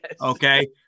Okay